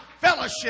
fellowship